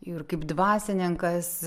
ir kaip dvasininkas